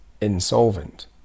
insolvent